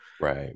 Right